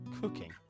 cooking